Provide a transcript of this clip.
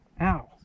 Ow